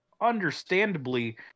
understandably